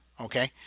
okay